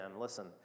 Listen